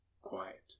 Quiet